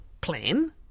plan